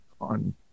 on